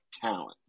talent